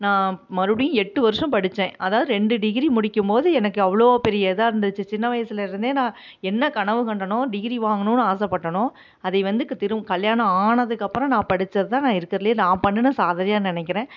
நான் மறுபடியும் எட்டு வர்ஷம் படித்தேன் அதாவது ரெண்டு டிகிரி முடிக்கும்போது எனக்கு அவ்வளோ பெரிய இதாக இருந்துச்சு சின்ன வயசில் இருந்து நான் என்ன கனவு கண்டேனோ டிகிரி வாங்கணும்னு ஆசைபட்டனோ அதை வந்து கல்யாணம் ஆனதுக்கப்பறம் நான் படித்தது தான் நான் இருக்குறதுலே நான் பண்ணின சாதனையாக நினைக்கிறேன்